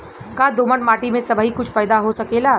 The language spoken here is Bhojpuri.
का दोमट माटी में सबही कुछ पैदा हो सकेला?